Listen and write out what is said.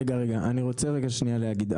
רגע, אני רוצה שניה להגיד.